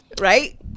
Right